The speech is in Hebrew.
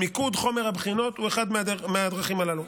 מיקוד חומר הבחינות הוא אחת מהדרכים הללו.